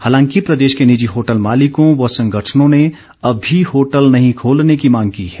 हालांकि प्रदेश के निजी होटल मालिकों व संगठनों ने अभी होटल नहीं खोलने की मांग की है